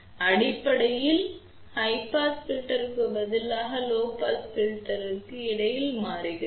எனவே அடிப்படையில் உயர் பாஸ் வடிகட்டி பதிலுக்கு குறைந்த பாஸ் வடிகட்டி பதிலுக்கு இடையில் மாறுகிறோம்